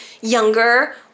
younger